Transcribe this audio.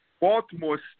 Baltimore